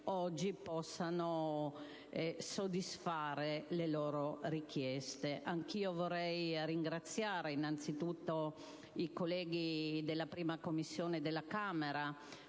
possano soddisfare le loro richieste. Anch'io vorrei ringraziare i colleghi della I Commissione della Camera,